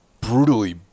brutally